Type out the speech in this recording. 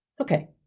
Okay